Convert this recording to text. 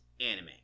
anime